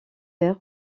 verts